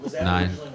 nine